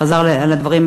אני חוזרת על הדברים,